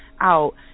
out